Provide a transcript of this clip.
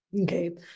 Okay